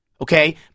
Okay